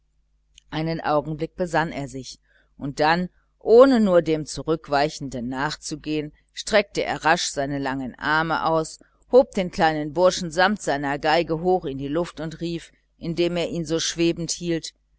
einen moment besann er sich und dann ohne nur dem zurückweichenden nachzugehen streckte er rasch seine langen arme aus hob den kleinen burschen samt seiner violine hoch in die luft und rief indem er ihn so schwebend hielt